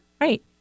Right